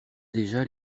déjà